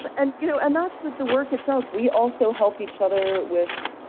and you know and that's with the work itself. we also help each other with